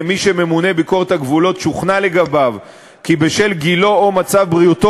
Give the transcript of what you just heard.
למי שממונה ביקורת הגבולות שוכנע כי בשל גילו או מצב בריאותו,